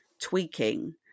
tweaking